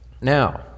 Now